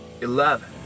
eleven